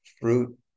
fruit